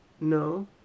No